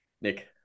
Nick